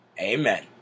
Amen